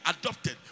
adopted